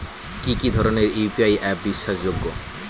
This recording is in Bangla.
কি কি ধরনের ইউ.পি.আই অ্যাপ বিশ্বাসযোগ্য?